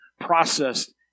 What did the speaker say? processed